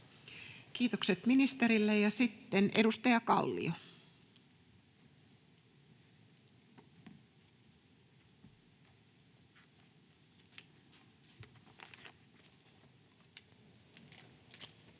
Kiitokset ministerille. — Sitten edustaja Kallio. Arvoisa